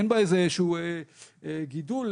אין בה איזשהו גידול.